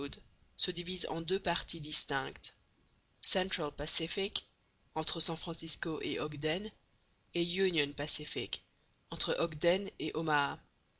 se divise en deux parties distinctes central pacific entre san francisco et ogden et